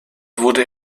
wurde